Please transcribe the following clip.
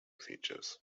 features